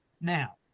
Now